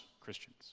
Christians